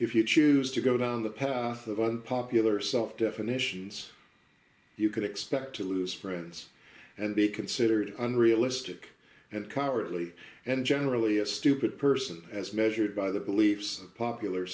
if you choose to go down the path of unpopular self definitions you can expect to lose friends and be considered unrealistic and cowardly and generally a stupid person as measured by the beliefs of popular